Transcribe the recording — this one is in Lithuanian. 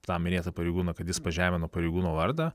tą minėtą pareigūną kad jis pažemino pareigūno vardą